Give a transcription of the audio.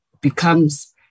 becomes